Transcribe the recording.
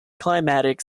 climatic